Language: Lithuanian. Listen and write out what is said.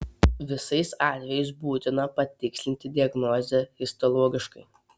visais atvejais būtina patikslinti diagnozę histologiškai